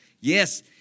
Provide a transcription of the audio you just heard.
Yes